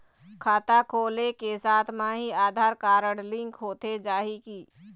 खाता खोले के साथ म ही आधार कारड लिंक होथे जाही की?